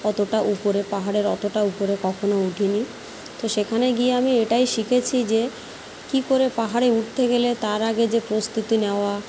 অতোটা উপরে পাহাড়ের অতোটা উপরে কখনো উঠি নি তো সেখানে গিয়ে আমি এটাই শিখেছি যে কী করে পাহাড়ে উঠতে গেলে তার আগে যে প্রস্তুতি নেওয়া